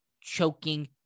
choking